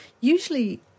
Usually